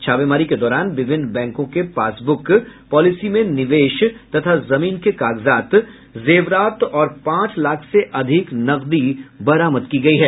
छापेमारी के दौरान विभिन्न बैंकों के पासब्रक पॉलिसी में निवेश तथा जमीन के कागजात जेवरात और पांच लाख से अधिक नकदी बरामद की गयी है